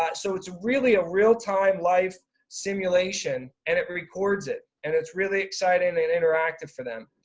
but so it's really a real time life simulation, and it records it. and it's really exciting and interactive for them.